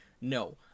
no